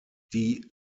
die